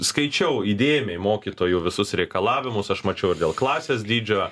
skaičiau įdėmiai mokytojų visus reikalavimus aš mačiau ir dėl klasės dydžio